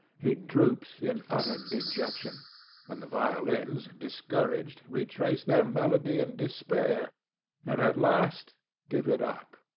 he droops in utter dejection and the violins, discouraged, retrace their melody in despair and at last give it up,